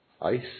Ice